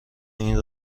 این